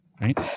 Right